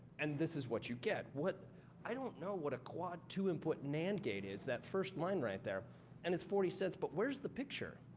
and this is what you get. i don't know what a quad two input nand gate is that first line right there and it's forty cents, but where's the picture?